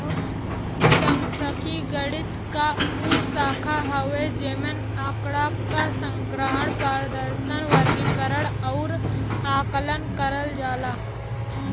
सांख्यिकी गणित क उ शाखा हउवे जेमन आँकड़ा क संग्रहण, प्रदर्शन, वर्गीकरण आउर आकलन करल जाला